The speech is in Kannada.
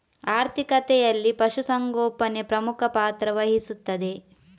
ಆರ್ಥಿಕತೆಯಲ್ಲಿ ಪಶು ಸಂಗೋಪನೆ ಪ್ರಮುಖ ಪಾತ್ರ ವಹಿಸುತ್ತದೆ